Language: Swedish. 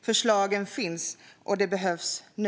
Förslagen finns, och de behövs nu.